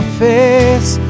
face